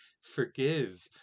forgive